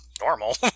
normal